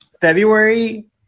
February